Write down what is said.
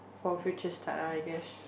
for a future start I guess